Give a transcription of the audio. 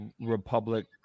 Republic